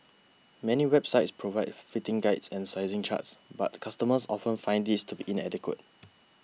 many websites provide fitting guides and sizing charts but customers often find these to be inadequate